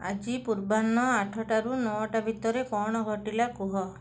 ଆଜି ପୂର୍ବାହ୍ନ ଆଠଟାରୁ ନ'ଟା ଭିତରେ କ'ଣ ଘଟିଲା କୁହ